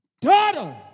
Daughter